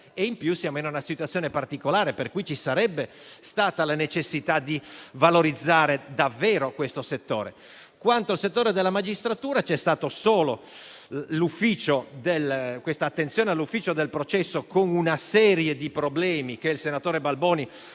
in più, siamo in una situazione particolare, per cui ci sarebbe stata la necessità di valorizzare davvero questo settore. Quanto al comparto della magistratura, c'è stata solo quest'attenzione all'ufficio del processo, con una serie di problemi che il senatore Balboni